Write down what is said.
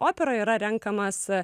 operoj yra renkamas